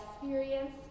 experience